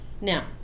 Now